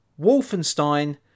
Wolfenstein